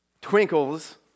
twinkles